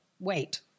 wait